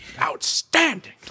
Outstanding